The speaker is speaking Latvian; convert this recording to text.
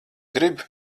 grib